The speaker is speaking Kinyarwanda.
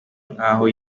nk’aho